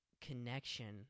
connection